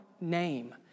name